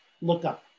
lookup